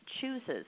chooses